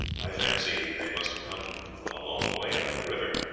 i fancy they must have come from a long way up the river,